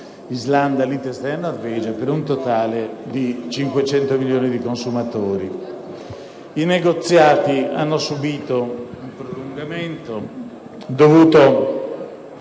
Islanda, Liechtenstein e Norvegia), per un totale di 500 milioni di consumatori. I negoziati hanno subito un prolungamento dovuto